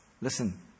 listen